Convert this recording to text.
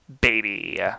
Baby